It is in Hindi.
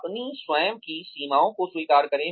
अपनी स्वयं की सीमाओं को स्वीकार करें